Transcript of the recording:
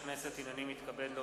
התשס"ט 2009, נתקבל.